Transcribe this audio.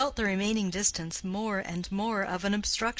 he felt the remaining distance more and more of an obstruction.